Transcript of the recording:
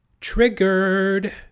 triggered